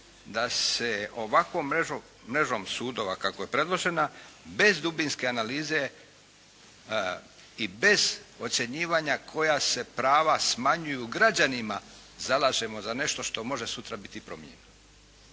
da se ovakvom mrežom sudova kako je predložena bez dubinske analize i bez ocjenjivanja koja se prava smanjuju građanima zalažemo za nešto što može sutra biti promijenjeno.